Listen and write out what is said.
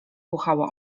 buchało